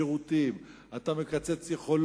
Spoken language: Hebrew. אתה מקצץ בשירותים,